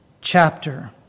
chapter